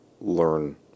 learn